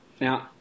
now